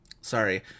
sorry